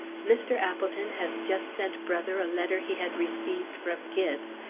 mr. appleton has just sent brother a letter he had received from gibbes,